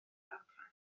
amcan